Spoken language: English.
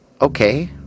okay